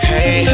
Hey